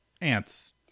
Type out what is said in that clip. ants